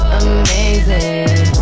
amazing